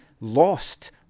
lost